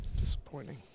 Disappointing